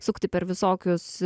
sukti per visokius